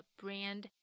brand